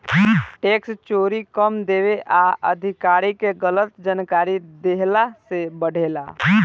tax चोरी कम देवे आ अधिकारी के गलत जानकारी देहला से बढ़ेला